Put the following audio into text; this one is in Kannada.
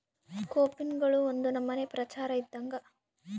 ಕೋಪಿನ್ಗಳು ಒಂದು ನಮನೆ ಪ್ರಚಾರ ಇದ್ದಂಗ